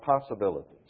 possibilities